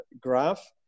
graph